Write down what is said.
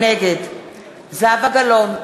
נגד זהבה גלאון,